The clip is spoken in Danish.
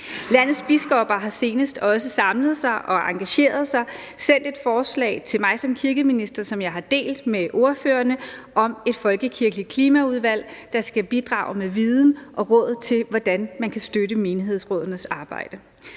Landets biskopper har senest også samlet sig og engageret sig og har sendt et forslag til mig som kirkeminister, som jeg har delt med ordførerne, om et folkekirkeligt klimaudvalg, der skal bidrage med viden og råd til, hvordan man kan støtte menighedsrådenes arbejde.